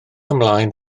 ymlaen